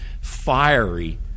fiery